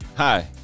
Hi